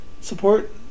support